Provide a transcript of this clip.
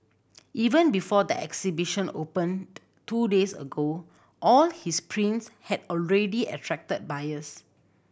even before the exhibition opened two days ago all his prints had already attracted buyers